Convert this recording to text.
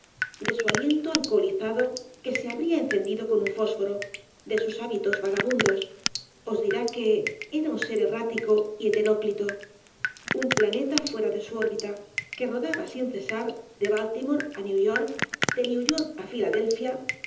de su aliento alcoholizado que se habría encendido con un fósforo de sus hábitos vagabundos os dirá que era un ser errático y heteróclito un planeta fuera de su órbita que rodaba sin cesar de baltimore á n e w york de new york á filadelfia